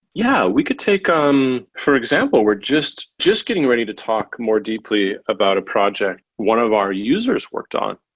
yeah. we could take um for example, we're just just getting ready to talk more deeply about a project one of our users worked on,